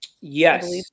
Yes